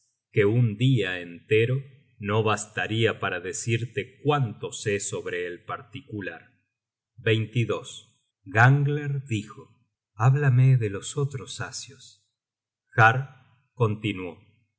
que un dia entero no bastaría para decirte cuánto sé sobre el particular gangler dijo háblame de los otros asios har continuó